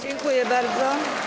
Dziękuję bardzo.